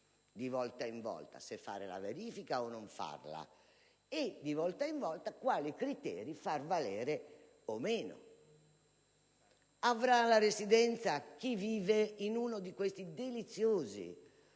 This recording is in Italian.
di volta in volta, se fare la verifica o non farla e quali criteri far valere o meno. Avrà la residenza chi vive in uno di questi deliziosi